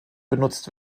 benutzt